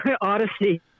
Odyssey